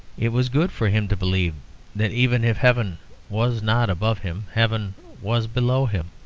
it was good for him to believe that even if heaven was not above him, heaven was below him.